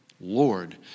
Lord